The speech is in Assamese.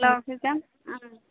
অফিছ যাম